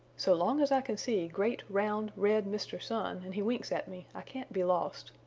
so long as i can see great round, red mr. sun and he winks at me i can't be lost,